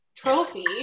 trophy